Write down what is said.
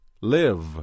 Live